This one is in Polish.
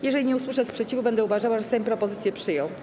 Jeżeli nie usłyszę sprzeciwu, będę uważała, że Sejm propozycję przyjął.